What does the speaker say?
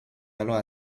alors